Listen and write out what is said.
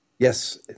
Yes